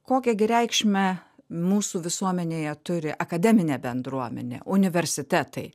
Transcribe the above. kokią gi reikšmę mūsų visuomenėje turi akademinė bendruomenė universitetai